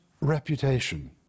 reputation